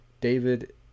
David